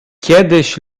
kiedyś